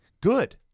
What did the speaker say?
good